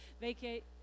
vacate